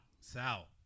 Sal